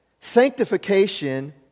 sanctification